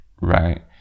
right